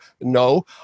No